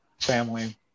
family